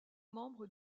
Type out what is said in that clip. membre